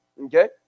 okay